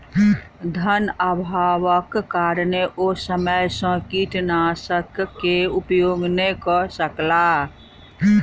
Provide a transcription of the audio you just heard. धनअभावक कारणेँ ओ समय सॅ कीटनाशक के उपयोग नै कअ सकला